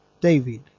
David